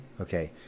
Okay